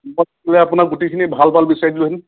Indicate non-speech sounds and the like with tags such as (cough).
(unintelligible) কিবা আপোনাক গোটেইখিনি ভাল ভাল বিচাৰি দিলো হেতেন